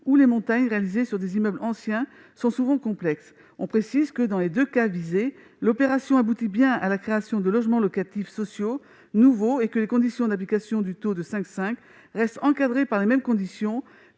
où les montages réalisés sur des immeubles anciens sont souvent complexes. Je précise que, dans les deux cas visés, l'opération aboutit bien à la création de nouveaux logements locatifs sociaux, et que les conditions d'application du taux de TVA à 5,5 % restent encadrées par les mêmes conditions